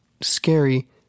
scary